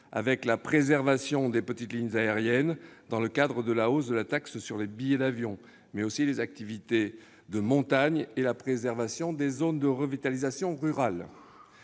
avec la préservation des petites lignes aériennes dans le cadre de la hausse de la taxe sur les billets d'avion, mais aussi les activités de montagne et la préservation des zones de revitalisation rurale.